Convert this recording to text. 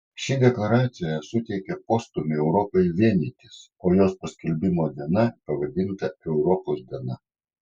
ši deklaracija suteikė postūmį europai vienytis o jos paskelbimo diena pavadinta europos diena